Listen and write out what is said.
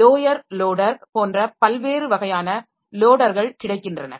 lower loader போன்ற பல்வேறு வகையான லோடர்கள் கிடைக்கின்றன